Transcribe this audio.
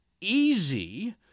easy